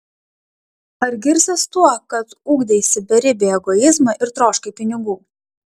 ar girsies tuo kad ugdeisi beribį egoizmą ir troškai pinigų